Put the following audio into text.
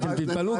אתם תתפלאו,